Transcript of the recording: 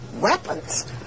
weapons